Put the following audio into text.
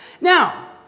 Now